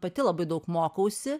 pati labai daug mokausi